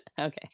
Okay